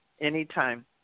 Anytime